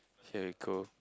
okay cool